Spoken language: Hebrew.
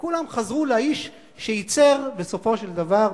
וכולם חזרו לאיש שייצר בסופו של דבר,